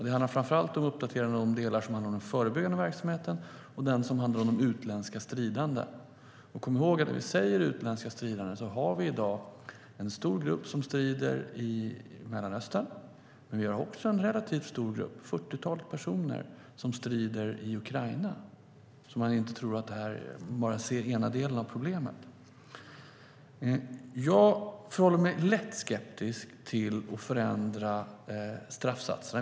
Det handlar framför allt om de delar som behandlar den förebyggande verksamheten och om de utländska stridande. Det finns i dag en stor grupp personer som strider i Mellanöstern. Det finns också en relativt stor grupp - ett 40-tal personer - som strider i Ukraina. Man ska vara medveten om detta och inte bara se den ena delen av problemet. Jag är lätt skeptisk till att förändra straffsatserna.